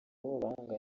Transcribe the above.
b’abahanga